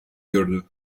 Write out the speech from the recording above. gördü